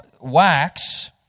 wax